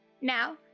Now